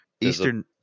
Eastern